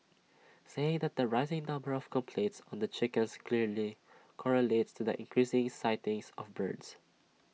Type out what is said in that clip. saying that the rising number of complaints on the chickens clearly correlates to the increased sighting of birds